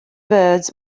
birds